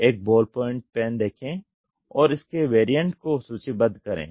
एक ball point pen देखें और इसके वेरिएंट को सूचीबद्ध करें